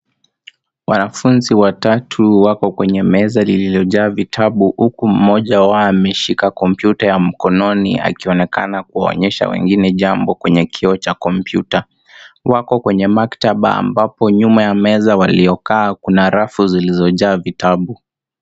Wanafunzi watatu wapo kwenye meza lililojaa vitabu huku mmoja wao ameshika kompyuta ya mkononi akionekana kuonyesha wengine jambo kwenye kioo cha kompyuta . Wapo kwenye maktaba ambapo nyuma ya meza waliokaa kuna rafu zilizojaa vitabu.